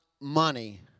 money